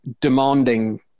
demanding